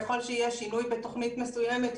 ככל שיהיה שינוי בתוכנית מסוימת,